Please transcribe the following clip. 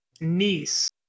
niece